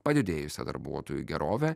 padidėjusia darbuotojų gerove